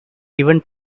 even